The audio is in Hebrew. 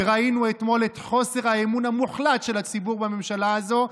וראינו אתמול את חוסר האמון המוחלט של הציבור בממשלה הזאת,